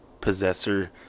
possessor